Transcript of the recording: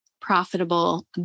profitable